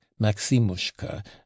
Maximushka